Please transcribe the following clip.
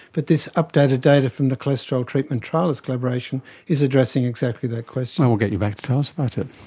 but this updated data from the cholesterol treatment trialists' collaboration is addressing exactly that question. and we'll get you back to tell us about it.